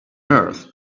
earth